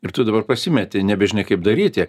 ir tu dabar pasimeti nebežinai kaip daryti